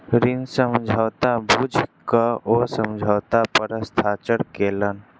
ऋण समझौता बुइझ क ओ समझौता पर हस्ताक्षर केलैन